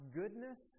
goodness